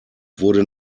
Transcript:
wurde